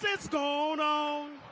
it's gone on